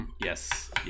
Yes